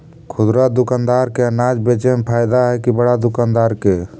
खुदरा दुकानदार के अनाज बेचे में फायदा हैं कि बड़ा दुकानदार के?